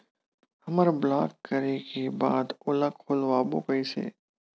हमर ब्लॉक करे के बाद ओला खोलवाबो कइसे?